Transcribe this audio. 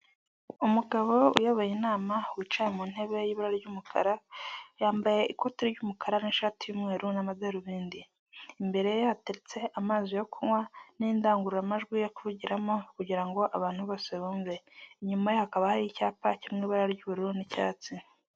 Umugabo uyoboye inama wicaye mu ntebe y'ibara ry'umukara, yambaye ikoti ry'umukara, n'ishati y'mweru n'amadarubindi. Imbere hateretse amazi yo kunywa n'indangururamajwi yo kuvugiramo kugira ngo abandi bose bumve, inyuma hakaba hari icyapa cy'ibara ry'ubururu n'icyatsi.